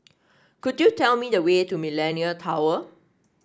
could you tell me the way to Millenia Tower